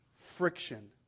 Friction